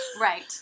Right